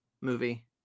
movie